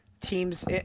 Teams –